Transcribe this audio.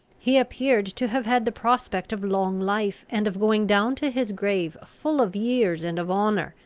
he appeared to have had the prospect of long life, and of going down to his grave full of years and of honour